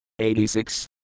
86